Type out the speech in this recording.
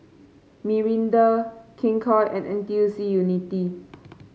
Mirinda King Koil and N T U C Unity